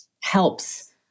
helps